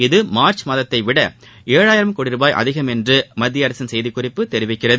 இது மார்ச் மாதத்தை விட ஏழாயிரம் கோடி ருபாய் அதிகமாகும் என்று மத்திய அரசின் செய்திக்குறிப்பு தெரிவிக்கிறது